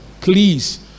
Please